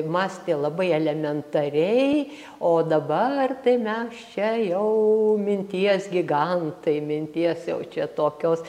mąstė labai elementariai o dabar tai mes čia jau minties gigantai minties jau čia tokios